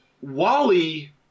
Wally